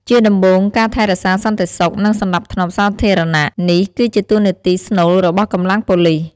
ជាដំបូងការថែរក្សាសន្តិសុខ និងសណ្តាប់ធ្នាប់សាធារណនេះគឺជាតួនាទីស្នូលរបស់កម្លាំងប៉ូលិស។